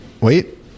wait